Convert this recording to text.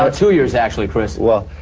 ah two years, actually, chris. well.